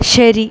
ശരി